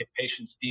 patient's